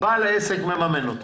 בעל העסק מממן אותו.